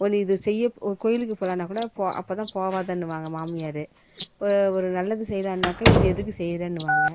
ஒன்று இது செய்ய கோவிலுக்கு போகலானாக்கூட இப்போ அப்போ தான் போகாதன்னுவாங்க மாமியார் ஒரு ஒரு நல்லது செய்யலாம்னாக்கா இது எதுக்கு செய்கிறனுவாங்க